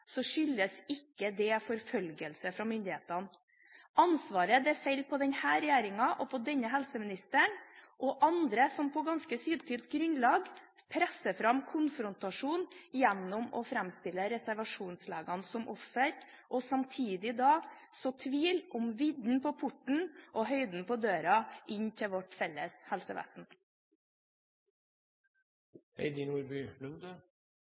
skyldes det ikke forfølgelse fra myndighetene. Ansvaret faller på denne regjeringen og på denne helseministeren og andre som på ganske syltynt grunnlag presser fram konfrontasjon gjennom å framstille reservasjonslegene som ofre, og samtidig sår tvil om vidden på porten og høyden på døra inn til vårt felles